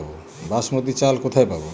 বাসমতী চাল কোথায় পাবো?